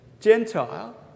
Gentile